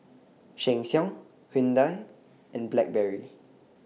Sheng Siong Hyundai and Blackberry